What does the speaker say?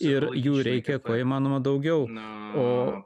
ir jų reikia kuo įmanoma daugiau o